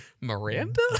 Miranda